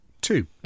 two